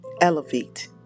elevate